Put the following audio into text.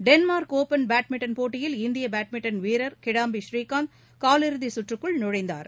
Denmark Open badminton போட்டியில் இந்தியபேட்மின்டன் வீரர் கிடாம்பி ஸ்ரீகாந்த் காலிறுதிசுற்றுக்குள் நுழைந்தார்